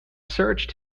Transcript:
searched